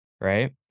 Right